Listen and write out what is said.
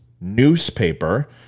newspaper